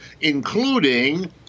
including